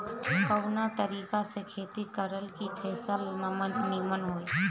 कवना तरीका से खेती करल की फसल नीमन होई?